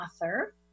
author